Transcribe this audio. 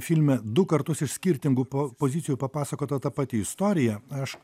filme du kartus iš skirtingų po pozicijų papasakota ta pati istorija aš